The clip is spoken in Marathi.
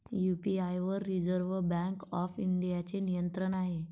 यू.पी.आय वर रिझर्व्ह बँक ऑफ इंडियाचे नियंत्रण आहे